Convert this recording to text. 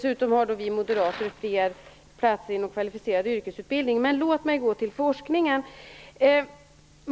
Dessutom har vi moderater fler platser inom kvalificerad yrkesutbildning. Men låt mig gå till forskningen.